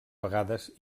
vegades